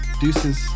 Deuces